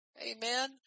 Amen